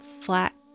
flat